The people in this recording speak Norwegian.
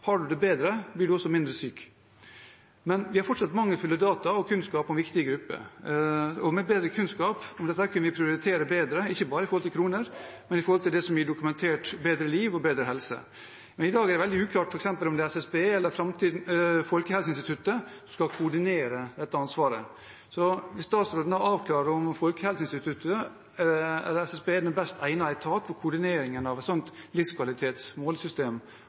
Har man det bedre, blir man også mindre syk. Men vi har fortsatt mangelfulle data og kunnskap om viktige grupper. Med bedre kunnskap kunne vi prioritert bedre, ikke bare når det gjelder kroner, men også når det gjelder det som gir dokumentert bedre liv og bedre helse. I dag er det f.eks. veldig uklart om det er SSB eller Folkehelseinstituttet som skal koordinere dette ansvaret. Vil statsråden avklare om det er Folkehelseinstituttet eller SSB som er den best egnede etaten til koordineringen av et